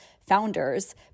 founders